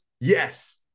yes